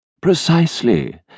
Precisely